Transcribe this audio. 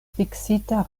fiksita